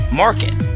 market